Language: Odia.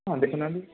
ହଁ ଦେଖୁନାହାନ୍ତି